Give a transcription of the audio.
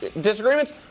Disagreements